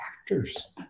actors